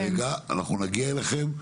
נגיע אליכם.